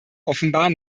offenbar